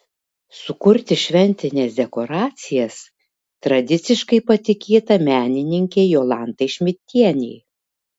sukurti šventines dekoracijas tradiciškai patikėta menininkei jolantai šmidtienei